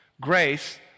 grace